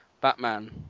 Batman